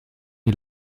die